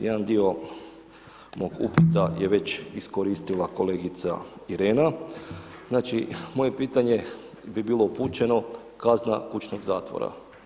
Jedan dio mog upita je već iskoristila kolegica Irena, znači, moje pitanje bi bilo upućeno, kazna kućnog zatvora.